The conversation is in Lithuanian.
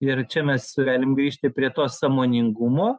ir čia mes galim grįžti prie to sąmoningumo